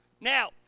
Now